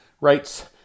writes